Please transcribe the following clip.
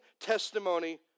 testimony